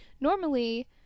normally